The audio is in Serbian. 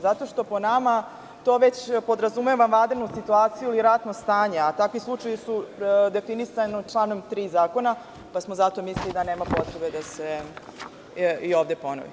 Zato što po nama to već podrazumeva vanrednu situaciju i ratno stanje, a takvi slučajevi su definisani članom 3. zakona, pa smo zato mislili da nema potrebe da se i ovde ponavlja.